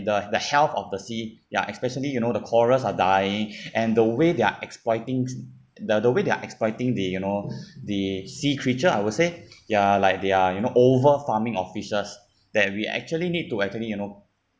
the the health of the sea ya especially you know the corals are dying and the way they're exploiting the the they are exploiting the you know the sea creature I will say ya like they are you know overfarming of fishes that we actually need to actually you know